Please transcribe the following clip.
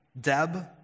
Deb